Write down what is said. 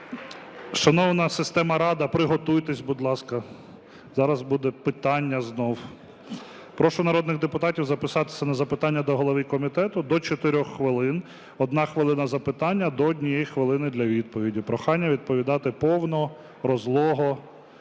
Шановна система "Рада", приготуйтесь, будь ласка, зараз буде питання знову. Прошу народних депутатів записатися на запитання до голови комітету до 4 хвилин: 1 хвилина – запитання, до 1 хвилини – для відповіді. Прохання відповідати повно, розлого